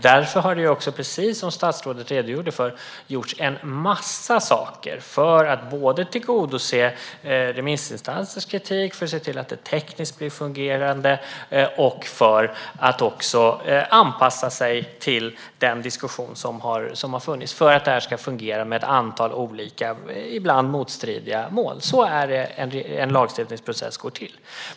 Därför har det, precis som statsrådet redogjorde för, gjorts en massa saker för att tillgodose remissinstansernas kritik, för att se till att det fungerar tekniskt och för att anpassa det till den diskussion som har varit. Det ska ju fungera med ett antal olika, ibland motstridiga, mål. Så går en lagstiftningsprocess till.